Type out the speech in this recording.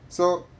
so